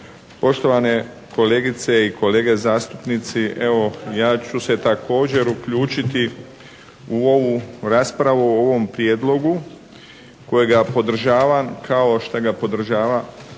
Poštovane kolegice i kolege zastupnici. Evo ja ću se također uključiti u ovu raspravu o ovom Prijedlogu kojega podržavam kao što ga podržava